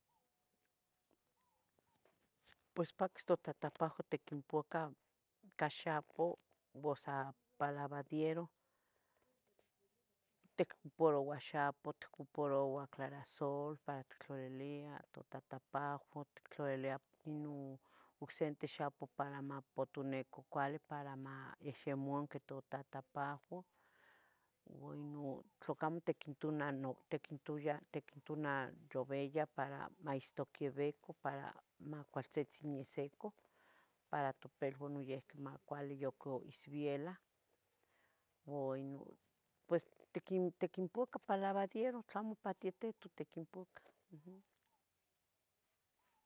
Pues paquis totatapahuan, ticonpacah ica xapuh o sea pan lavadiero, tocuparouah xapoh, tocuparouah clarasol para ittlaliliah totatapahuan, Tictlalilia inon ocse tixapoh para mapotonia cuali para mayehyemanqui totatapohuan uo inon tlacamo tiquinntonanoveyah para maistaquivican macualtzitzin yosecoh para topeluan noyeuqui macuali yesvela, uo inon pues tiquipacah ipan laviadero tlamo patienteto tiquinpacah.